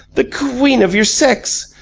the queen of your sex.